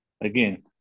again